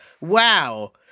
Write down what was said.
Wow